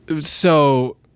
So-